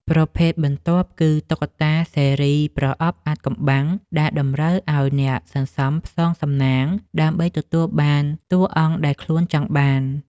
ប្រភេទបន្ទាប់គឺ តុក្កតាស៊េរីប្រអប់អាថ៌កំបាំង ដែលតម្រូវឱ្យអ្នកសន្សំផ្សងសំណាងដើម្បីទទួលបានតួអង្គដែលខ្លួនចង់បាន។